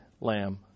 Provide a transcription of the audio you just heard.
Lamb